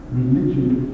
religion